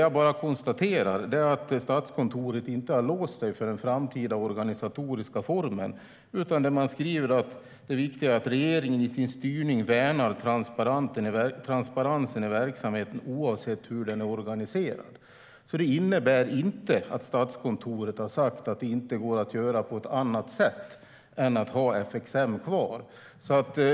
Jag bara konstaterar att Statskontoret inte har låst sig när det gäller den framtida organisatoriska formen. Man skriver att det viktiga är att regeringen i sin styrning värnar transparensen i verksamheten oavsett hur den är organiserad. Det innebär inte att Statskontoret har sagt att det inte går att göra på ett annat sätt än att ha FXM kvar.